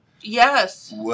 yes